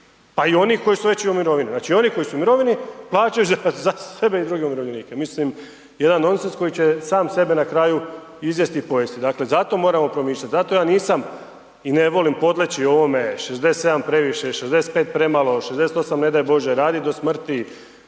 pa i od onih koji su već i u mirovini. Znači oni koji su u mirovini plaćaju za sebe i druge umirovljenike. Mislim jedan nonsence koji će sam sebe na kraju izjesti i pojesti. Dakle zato moramo promišljati, zato ja nisam i ne volim podleći ovome 67 je previše, 65 premalo, 68 ne daj bože raditi do smrti.